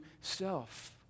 self